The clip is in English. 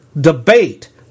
debate